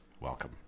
welcome